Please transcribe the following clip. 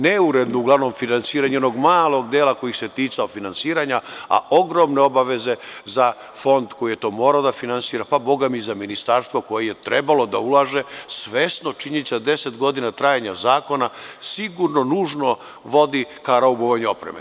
Neuredno uglavnom finansiranje jednog malog dela koji se ticao finansiranja, a ogromne obaveze za fond koji je to morao da finansira, pa bogami, i za ministarstvo koje je trebalo da ulaže svesno činjenice da 10 godina trajanja zakona sigurno nužno vodi ka raubovanju opreme.